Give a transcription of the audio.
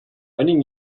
einigen